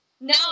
No